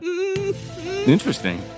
interesting